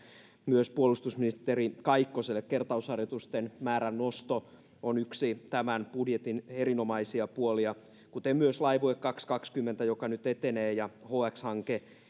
myös puolustusministeri kaikkoselle kertausharjoitusten määrän nosto on yksi tämän budjetin erinomaisia puolia kuten myös laivue kaksituhattakaksikymmentä joka nyt etenee ja hx hanke